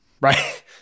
right